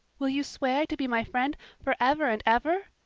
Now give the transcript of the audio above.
will you swear to be my friend forever and ever?